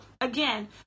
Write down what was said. again